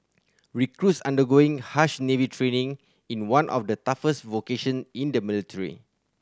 recruits undergoing harsh Navy training in one of the toughest vocation in the military